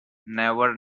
never